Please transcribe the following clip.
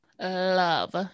Love